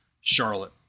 Charlotte